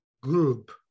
group